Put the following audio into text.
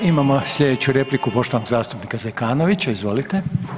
Imamo slijedeću repliku poštovanog zastupnika Zekanovića, izvolite.